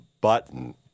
button